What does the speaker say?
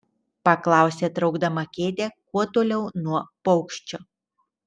paklausė traukdama kėdę kuo toliau nuo paukščio